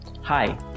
Hi